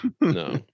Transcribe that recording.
No